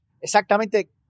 exactamente